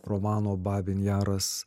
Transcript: romano babyn jaras